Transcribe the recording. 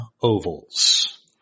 ovals